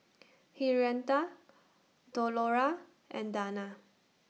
Henrietta Delora and Dana